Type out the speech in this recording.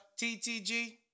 TTG